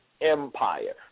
Empire